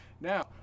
Now